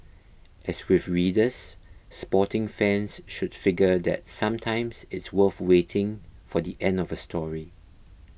as with readers sporting fans should figure that sometimes it's worth waiting for the end of a story